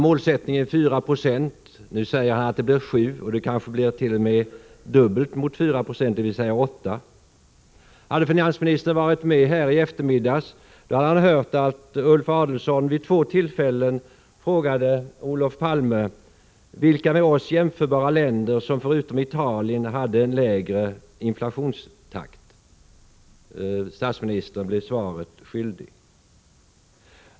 Målsättningen var att den skulle bli 4 96, men nu säger finansministern att den blir 7 76, och det kan bli så att de 4 procenten fördubblas till 8 96. Hade finansministern varit med här i kammaren i eftermiddags, skulle han ha hört att Ulf Adelsohn vid två tillfällen frågade Olof Palme vilka med oss jämförbara länder, förutom Italien, som hade en högre inflationstakt. Statsministern blev honom svaret skyldig.